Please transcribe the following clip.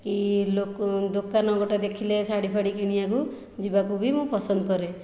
କି ଲୋକ ଦୋକାନ ଗୋଟିଏ ଦେଖିଲେ ଶାଢ଼ୀ ଫାଢ଼ି କିଣିବାକୁ ଯିବାକୁ ବି ମୁଁ ପସନ୍ଦ କରେ